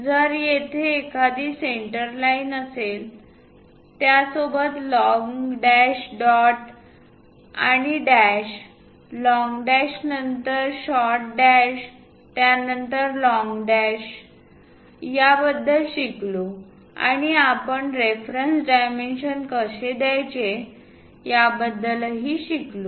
जर तेथे एखादी सेंटर लाईन असेल त्या सोबत लॉन्ग डॅश डॉट आणि डॅश लॉन्ग डॅश त्यानंतर शॉर्ट डॅश त्यानंतर लॉन्ग डॅशlong dash dot and dash a long dash followed by a short dash followed by a long dash या बद्दल शिकलो आणि आपण रेफरन्स डायमेन्शन कसे दाखवायचे या बद्दल ही शिकलो